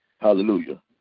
Hallelujah